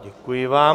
Děkuji vám.